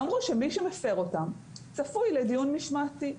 ואמרו שמי שמפר אותן צפוי לבירור משמעתי.